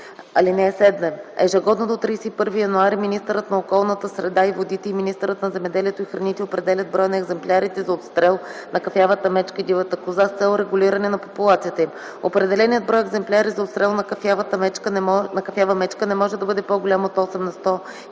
храните. (7) Ежегодно до 31 януари министърът на околната среда и водите и министърът на земеделието и храните определят броя на екземплярите за отстрел на кафявата мечка и дивата коза с цел регулиране на популацията им. Определеният брой екземпляри за отстрел на кафява мечка не може да бъде по-голям от осем на